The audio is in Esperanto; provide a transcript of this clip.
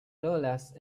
rolas